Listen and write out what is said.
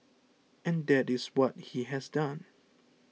and that is what he has done